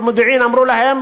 והמודיעין אמר להם